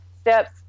steps